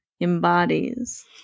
embodies